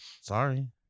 Sorry